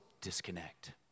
disconnect